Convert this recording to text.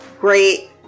great